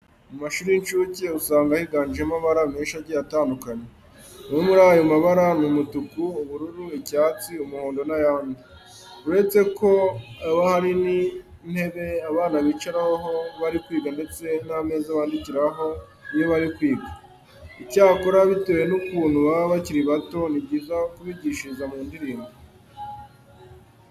Mu mashuri y'incuke usanga higanjemo amabara menshi agiye atandukanye. Amwe muri ayo mabara ni umutuku, ubururu, icyatsi, umuhondo n'ayandi. Uretse ko haba hari n'intebe abana bicaraho bari kwiga ndetse n'ameza bandikiraho iyo bari kwiga. Icyakora, bitewe n'ukuntu baba bakiri bato ni byiza kubigishiriza mu ndirimbo.